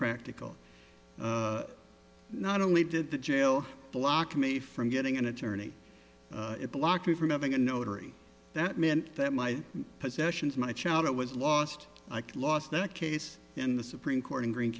practical not only did the jail block me from getting an attorney it blocked me from having a notary that meant that my possessions my child it was lost i could lost that case in the supreme court in green